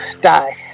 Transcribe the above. Die